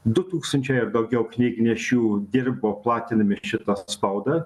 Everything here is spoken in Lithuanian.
du tūkstančiai ar daugiau knygnešių dirbo platindami šitą spaudą